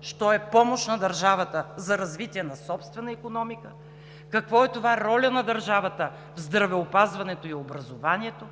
що е помощ на държавата за развитие на собствена икономика, какво е това роля на държавата в здравеопазването и образованието,